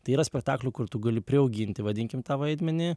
tai yra spektaklių kur tu gali priauginti vadinkim tą vaidmenį